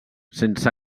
sense